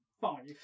five